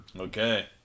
Okay